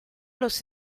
los